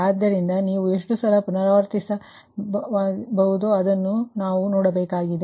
ಆದ್ದರಿಂದ ನೀವು ಅದನ್ನು ಎಷ್ಟು ಪುನರಾವರ್ತಿತವಾಗಿ ಸರಿಯಾಗಿ ಮಾಡಬಹುದು ಎಂಬುದನ್ನು ನಾವು ನೋಡಬೇಕಾಗಿದೆ